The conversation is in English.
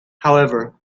however